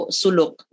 suluk